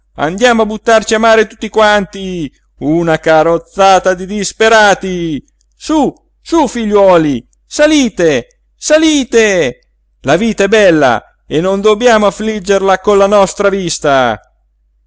andiamo a buttarci a mare tutti quanti una carrozzata di disperati sú sú figliuoli salite salite la vita è bella e non dobbiamo affliggerla con la nostra vista